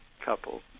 couple